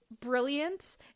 brilliant